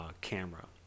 camera